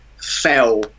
fell